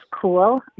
cool